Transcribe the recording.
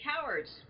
cowards